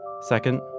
Second